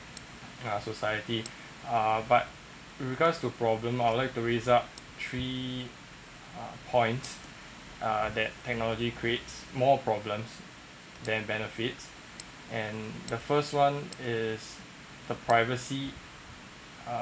society uh but regards to problem I'd like to raise up three uh points that technology creates more problems than benefits and the first one is the privacy uh